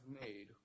made